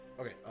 Okay